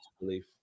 belief